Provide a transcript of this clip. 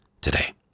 today